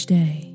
day